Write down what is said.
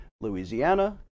Louisiana